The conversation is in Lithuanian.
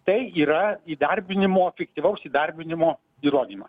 tai yra įdarbinimo fiktyvaus įdarbinimo įrodymas